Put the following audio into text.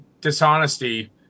dishonesty